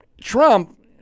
Trump